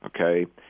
Okay